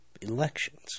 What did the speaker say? elections